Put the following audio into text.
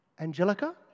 Angelica